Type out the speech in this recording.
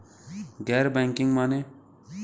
गैर बैंकिंग माने?